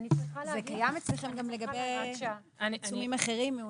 זה קיים אצלכם גם לגבי תחומים אחרים.